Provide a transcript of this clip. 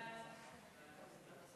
ההצעה